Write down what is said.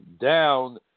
down